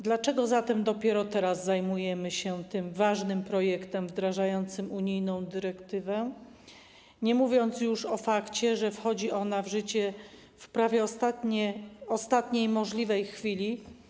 Dlaczego zatem dopiero teraz zajmujemy się tym ważnym projektem wdrażającym unijną dyrektywę, nie mówiąc już o fakcie, że wchodzi ona w życie w prawie ostatniej możliwej chwili.